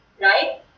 right